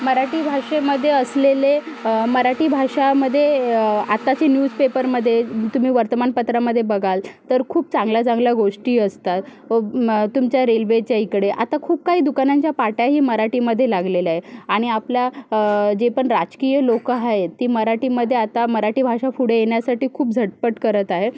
मराठी भाषेमध्ये असलेले मराठी भाषामध्ये आत्ताची न्यूजपेपरमध्ये तुम्ही वर्तमानपत्रामध्ये बघाल तर खूप चांगल्या चांगल्या गोष्टी असतात व तुमच्या रेल्वेच्या इकडे आता खूप काही दुकानांच्या पाट्याही मराठीमध्ये लागलेल्या आहे आणि आपला जे पण राजकीय लोकं आहेत ती मराठीमध्ये मराठी भाषा पुढे येण्यासाठी खूप झटपट करत आहे